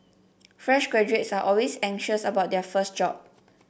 fresh graduates are always anxious about their first job